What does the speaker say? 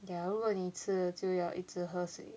ya 如果你吃就要一直喝水